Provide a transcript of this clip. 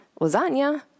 lasagna